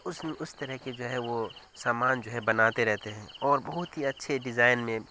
اس اس طرح کے جو ہے وہ سامان جو ہے بناتے رہتے ہیں اور بہت ہی اچھے ڈیزائن میں